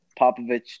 popovich